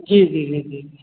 जी जी जी जी जी